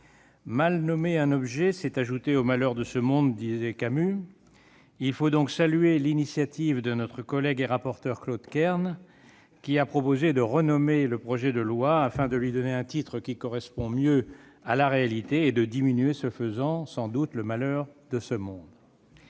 « Mal nommer un objet, c'est ajouter au malheur de ce monde », disait Camus. Il faut donc saluer l'initiative de notre collègue et rapporteur Claude Kern, qui a proposé de renommer le projet de loi afin de lui donner un titre qui correspond mieux à la réalité et sans doute, ce faisant, de diminuer le malheur de ce monde.